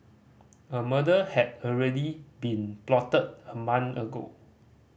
a murder had already been plotted a month ago